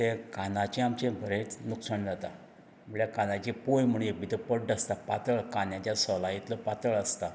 ते कानाचें आमचें बरेंच नुकसाण जाता म्हणल्यार कानाची पोंय म्हणून एक पड्डो आसता पातळ कान्याच्या सोला इतलो पातळ आसता